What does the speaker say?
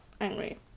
angry